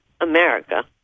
America